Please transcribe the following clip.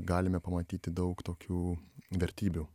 galime pamatyti daug tokių vertybių